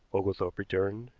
oglethorpe returned.